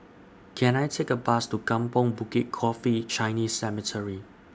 Can I Take A Bus to Kampong Bukit Coffee Chinese Cemetery